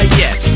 yes